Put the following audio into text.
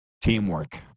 Teamwork